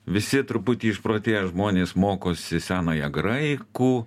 visi truputį išprotėję žmonės mokosi senąją graikų